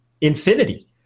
infinity